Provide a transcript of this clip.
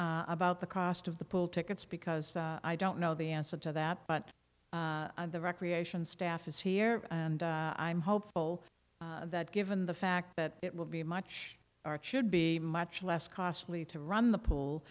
about the cost of the pool tickets because i don't know the answer to that but the recreation staff is here and i'm hopeful that given the fact that it will be much are should be much less costly to run the